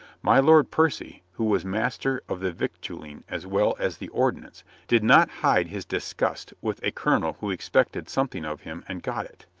my lord percy, who was master of the victualling as well as the ordnance, did not hide his disgust with a colonel who expected something of him and got it.